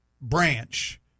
branch